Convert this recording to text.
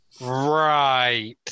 right